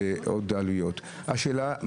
אתה לוקח על שקית 10,